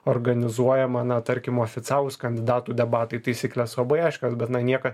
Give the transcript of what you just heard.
organizuojama na tarkim oficialūs kandidatų debatai taisyklės labai aiškios bet na nieka